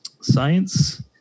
science